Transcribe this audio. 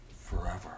forever